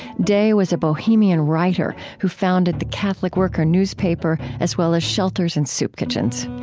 day was a bohemian writer who founded the catholic worker newspaper, as well as shelters and soup kitchens.